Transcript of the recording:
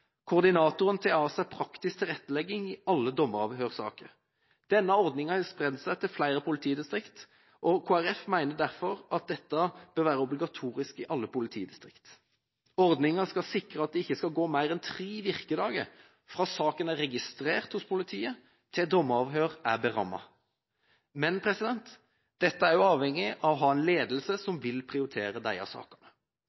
Koordinatoren tar seg av praktisk tilrettelegging i alle dommeravhørssaker. Denne ordninga har spredd seg til flere politidistrikter, og Kristelig Folkeparti mener derfor at dette bør være obligatorisk i alle politidistrikt. Ordninga skal sikre at det ikke skal gå mer enn tre virkedager fra saken er registrert hos politiet, til dommeravhøret er berammet. Men: Dette er jo avhengig av at man har en ledelse